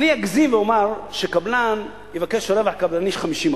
אני אגזים ואומר שקבלן יבקש רווח קבלני של 50%,